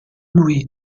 luis